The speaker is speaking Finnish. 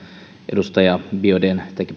edustaja biaudetn